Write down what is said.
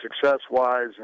success-wise